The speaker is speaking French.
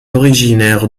originaire